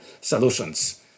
solutions